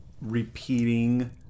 Repeating